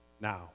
now